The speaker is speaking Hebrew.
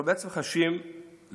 אנחנו בעצם חשים לאחרונה,